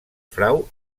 frau